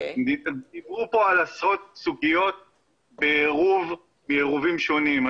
דיברו כאן על עשרות סוגיות בעירובים שונים.